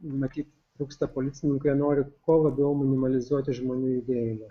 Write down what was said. matyt trūksta policininkų jie nori kuo labiau minimalizuoti žmonių judėjimą